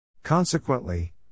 Consequently